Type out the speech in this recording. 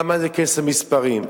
למה להיכנס למספרים?